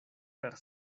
per